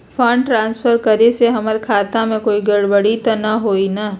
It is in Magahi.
फंड ट्रांसफर करे से हमर खाता में कोई गड़बड़ी त न होई न?